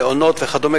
מעונות וכדומה,